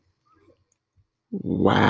Wow